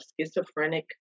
schizophrenic